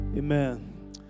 Amen